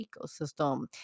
ecosystem